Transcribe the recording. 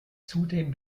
zudem